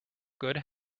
good